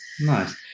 Nice